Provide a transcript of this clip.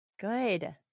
Good